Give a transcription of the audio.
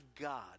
God